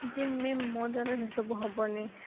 ଯେ ମ୍ୟାମ୍ ମୋ ଦ୍ୱାରା ସେ ସବୁ ହେବନି